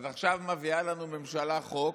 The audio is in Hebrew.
עכשיו מביאה לנו ממשלה חוק,